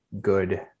good